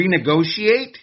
renegotiate